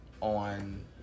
on